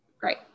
Great